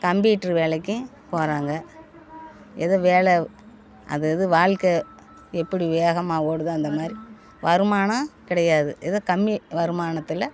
computer வேலைக்கும் போகிறாங்க எதுவும் வேலை அது அது வாழ்க்கை எப்படி வேகமாக ஓடுது அந்தமாதிரி வருமானம் கிடையாது எதோ கம்மி வருமானத்தில்